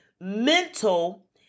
mental